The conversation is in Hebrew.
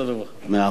תודה רבה.